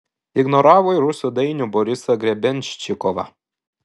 ignoravo ir rusų dainių borisą grebenščikovą